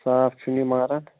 صاف چھُنہٕ یہِ ماران